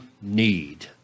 need